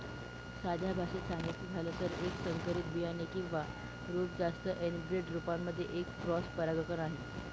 साध्या भाषेत सांगायचं झालं तर, एक संकरित बियाणे किंवा रोप जास्त एनब्रेड रोपांमध्ये एक क्रॉस परागकण आहे